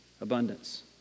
abundance